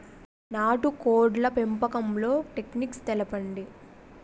నాటుకోడ్ల పెంపకంలో టెక్నిక్స్ తెలుపండి?